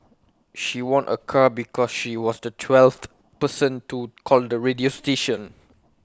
she won A car because she was the twelfth person to call the radio station